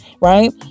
Right